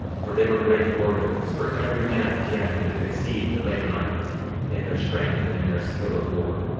for they were great warriors for every man of teancum did exceed the lamanites in their strength and in their skill of war,